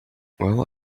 well